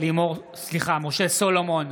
משה סולומון,